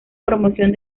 promoción